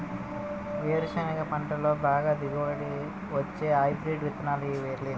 వేరుసెనగ పంటలో బాగా దిగుబడి వచ్చే హైబ్రిడ్ విత్తనాలు పేర్లు ఏంటి?